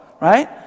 right